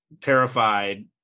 terrified